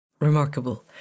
remarkable